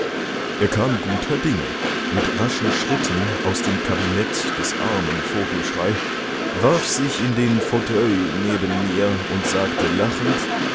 er kam guter dinge mit raschen schritten aus dem kabinett des armen vogelschrey warf sich in den fauteuil neben mir und sagte lachend